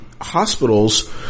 hospitals